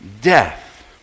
death